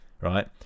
right